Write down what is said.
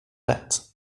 lätt